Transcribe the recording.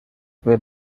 where